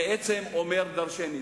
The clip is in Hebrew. אומרת דורשני.